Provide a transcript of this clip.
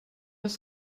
this